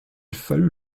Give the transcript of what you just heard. fallut